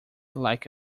like